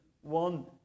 one